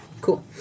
Cool